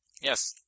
Yes